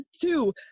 two